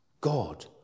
God